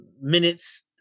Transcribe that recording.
minutes